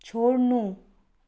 छोड्नु